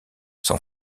son